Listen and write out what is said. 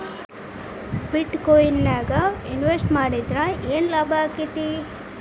ಬಿಟ್ ಕೊಇನ್ ನ್ಯಾಗ್ ಇನ್ವೆಸ್ಟ್ ಮಾಡಿದ್ರ ಯೆನ್ ಲಾಭಾಕ್ಕೆತಿ?